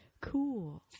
Cool